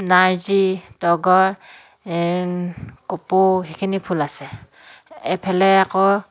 নাৰ্জী তগৰ কপৌ সেইখিনি ফুল আছে এফালে আকৌ